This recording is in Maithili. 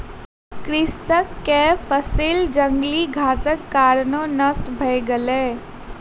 कृषक के फसिल जंगली घासक कारणेँ नष्ट भ गेल